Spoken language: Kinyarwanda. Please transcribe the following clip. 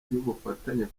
y’ubufatanye